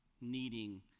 needing